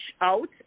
out